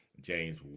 James